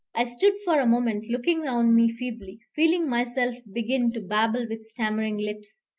i stood for a moment looking round me feebly, feeling myself begin to babble with stammering lips,